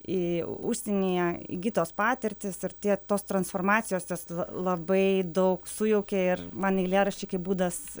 į užsienyje įgytos patirtys ir tie tos transformacijos jos labai daug sujaukė ir man eilėraščiai kaip būdas